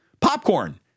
Popcorn